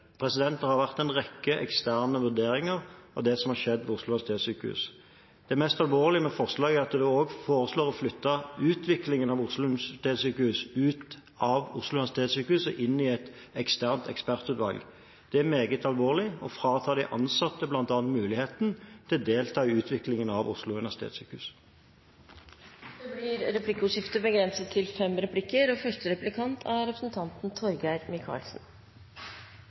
Oslo universitetssykehus. Det mest alvorlige med forslaget er at det også foreslår å flytte utviklingen av Oslo universitetssykehus ut av Oslo universitetssykehus og inn i et eksternt ekspertutvalg. Det er meget alvorlig og fratar bl.a. de ansatte muligheten til å delta i utviklingen av Oslo universitetssykehus. Det blir replikkordskifte. Jeg slutter meg til nesten alt det som helseministeren sier, men jeg har bare en kort kommentar og et spørsmål. Selv om det alltid er